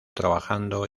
trabajando